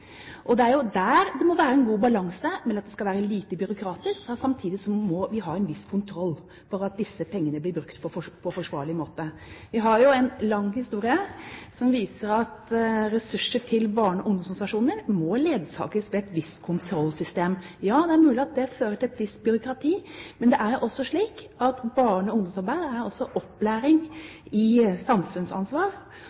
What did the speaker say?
Og det er jo der det må være en god balanse, mellom at det skal være lite byråkratisk, og at vi samtidig må ha en viss kontroll med at disse pengene blir brukt på forsvarlig måte. Vi har jo en lang historie som viser at ressurser til barne- og ungdomsorganisasjoner må ledsages av et visst kontrollsystem. Ja, det er mulig at det fører til et visst byråkrati, men det er jo også slik at barne- og ungdomsarbeid er opplæring